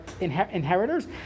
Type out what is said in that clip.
Inheritors